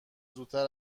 زودتر